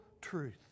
truth